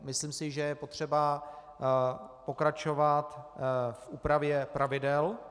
Myslím si, že je potřeba pokračovat v úpravě pravidel.